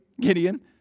Gideon